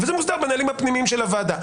זה מוסדר בנהלים הפנימיים של הוועדה.